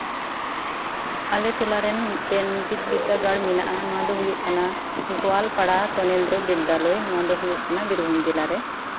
ᱟᱞᱮ ᱴᱚᱞᱟ ᱨᱮᱱ ᱢᱤᱫᱴᱮᱱ ᱵᱤᱫ ᱵᱤᱨᱫᱟᱹᱜᱟᱲ ᱢᱮᱱᱟᱜᱼᱟ ᱱᱚᱶᱟ ᱫᱚ ᱦᱩᱭᱩᱜ ᱠᱟᱱᱟᱼ ᱜᱳᱣᱟᱞᱯᱟᱲᱟ ᱛᱚᱱᱮᱱᱫᱨᱚ ᱵᱤᱫᱽᱫᱟᱞᱚᱭ ᱱᱚᱶᱟ ᱫᱚ ᱦᱩᱭᱩᱜ ᱠᱟᱱᱟ ᱵᱤᱨᱵᱷᱩᱢ ᱡᱮᱞᱟ ᱨᱮ